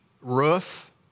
roof